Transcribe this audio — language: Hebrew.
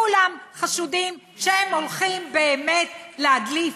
כולם חשודים שהם הולכים באמת להדליף.